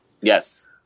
Yes